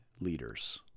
leaders